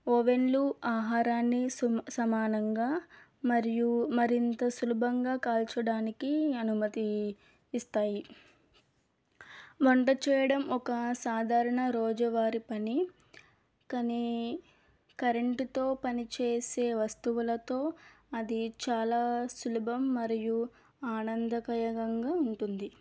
ఓవెన్లు ఆహారాన్ని సుమ సమానంగా మరియు మరింత సులభంగా కాల్చడానికి అనుమతి ఇస్తాయి వంట చేయడం ఒక సాధారణ రోజువారి పని కానీ కరెంటుతో పని చేసే వస్తువులతో అది చాలా సులభం మరియు ఆనందకరంగా ఉంటుంది